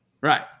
Right